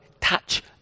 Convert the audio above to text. touch